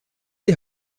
die